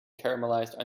caramelized